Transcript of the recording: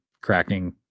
cracking